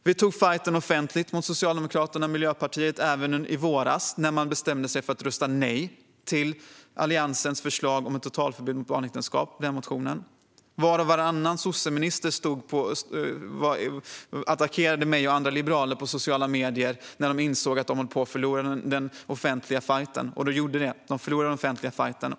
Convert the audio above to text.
Vi tog fajten offentligt med Socialdemokraterna och Miljöpartiet även i våras, då man bestämde sig för att rösta nej till Alliansens motion om ett totalförbud mot barnäktenskap. Var och varannan sosseminister attackerade mig och andra liberaler på sociala medier när de insåg att de höll på att förlora den offentliga fajten, och de förlorade den offentliga fajten.